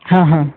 हां हां